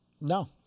no